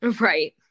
right